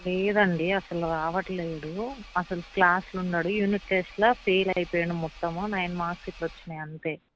లేదండి అసలు రావట్లేడు అసలు క్లాసులో ఉండడు యూనిట్ టెస్ట్ల ఫెయిల్ అయిపోయినాడు మొత్తము నైన్ మార్క్స్ గిట్ల వచ్చినాయి అంటే